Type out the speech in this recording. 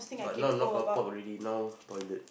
but now not carpark already now toilet